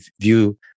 view